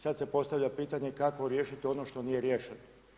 Sad se postavlja pitanje kako riješiti ono što nije riješeno?